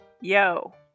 Yo